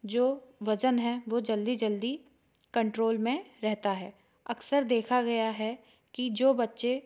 जो वज़न है वह जल्दी जल्दी कंट्रोल में रहता है अक्सर देखा गया है कि जो बच्चे